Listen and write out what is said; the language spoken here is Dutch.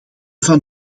van